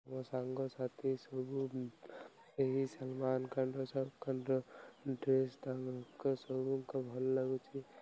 ମୋ ସାଙ୍ଗସାଥି ସବୁ ଏହି ସାମାନାନ କଣ୍ଡର ସଖଣ୍ଡର ଡ୍ରେସ୍ ତାଙ୍କ ସବୁଙ୍କ ଭଲ ଲାଗୁଛି